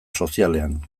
sozialean